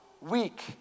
weak